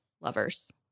lovers